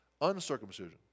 uncircumcision